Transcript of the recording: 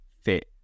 fit